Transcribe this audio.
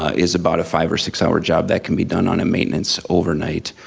is about a five or six hour job that can be done on a maintenance overnight.